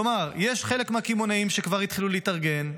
כלומר, יש חלק מהקמעונאים שכבר התחילו להתארגן,